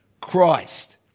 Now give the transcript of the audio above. Christ